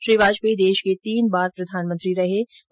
श्री वाजपेयी देश के तीन बार प्रधानमंत्री बने